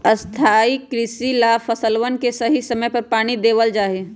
स्थाई कृषि ला फसलवन के सही समय पर पानी देवल जा हई